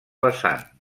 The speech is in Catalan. vessant